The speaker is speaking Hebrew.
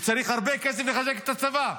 וצריך הרבה כסף כדי לחזק את הצבא.